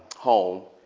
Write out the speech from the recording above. home,